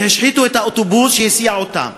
הם השחיתו את האוטובוס שהסיע אותם,